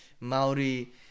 Maori